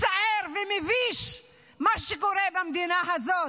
מצער ומביש מה שקורה במדינה הזאת.